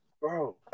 bro